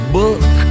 book